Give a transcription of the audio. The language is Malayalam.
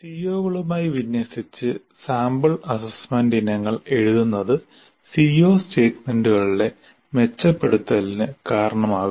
CO കളുമായി വിന്യസിച്ച് സാമ്പിൾ അസസ്മെന്റ് ഇനങ്ങൾ എഴുതുന്നത് CO സ്റ്റേറ്റ്മെന്റുകളുടെ മെച്ചപ്പെടുത്തലിന് കാരണമാകും